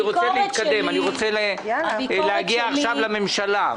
אני רוצה להגיע עכשיו לנציגי הממשלה.